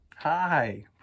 Hi